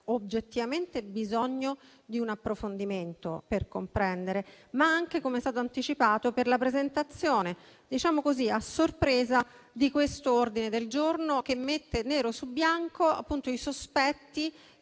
oggettivamente bisogno di un approfondimento per essere comprese, ma anche, come è stato anticipato, per la presentazione, diciamo così, a sorpresa di questo ordine del giorno che mette nero su bianco i sospetti